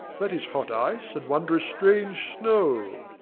that is hot ice and wondrous strange snow.